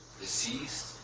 deceased